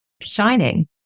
shining